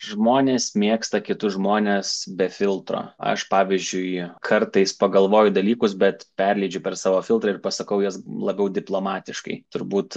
žmonės mėgsta kitus žmones be filtro aš pavyzdžiui kartais pagalvoju dalykus bet perleidžiu per savo filtrą ir pasakau juos labiau diplomatiškai turbūt